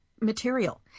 material